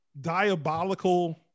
diabolical